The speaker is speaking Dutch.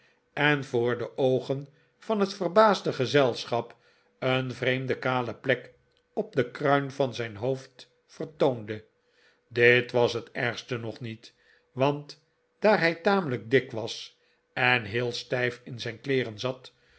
en voor de oogen van het verbaasde gezelschap een vreemde kale plek op de kruin van zijn hoofd vertoonde dit was het ergste nog niet want daar hij tamelijk dik was en heel stijf in zijn kleeren zat